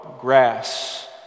grass